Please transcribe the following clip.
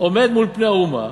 עומד מול פני האומה